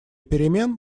перемен